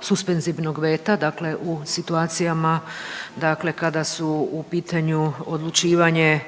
suspenzivnog veta, dakle u situacijama dakle kada su u pitanju odlučivanje